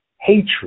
hatred